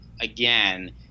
again